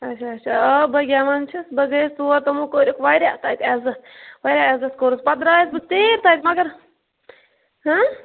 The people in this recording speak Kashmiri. آچھا آچھا آ بٔے گیٚوان چھَس بٔے گٔیَس تور تِمُو کوٚرُکھ واریاہ تَتہِ عیٚزت واریاہ عیٚزت کوٚرُکھ پَتہٕ درٛایَس بہٕ ژیٖرۍ تَتہِ مگر